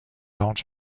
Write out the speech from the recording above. large